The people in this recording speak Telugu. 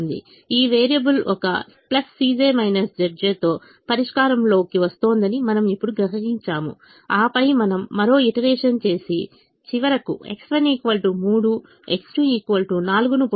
ఈ వేరియబుల్ ఒక Cj Zj తో పరిష్కారంలోకి వస్తోందని మనం ఇప్పుడు గ్రహించాము ఆపై మనం మరో ఈటరేషన్ చేసి చివరకు X1 3 X2 4 ను పొందుతాము